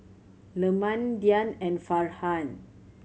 Leman Dian and Farhan